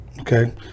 Okay